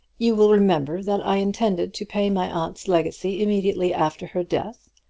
you will remember that i intended to pay my aunt's legacy immediately after her death,